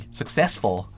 successful